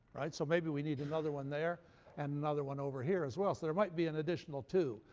right? so maybe we need another one there and another one over here as well. so there might be an additional two.